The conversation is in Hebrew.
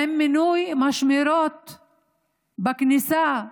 עם מינוי משמרות בכניסה,